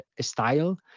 style